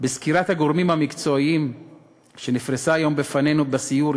בסקירת הגורמים המקצועיים שנפרסה היום בפנינו בסיור,